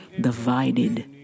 divided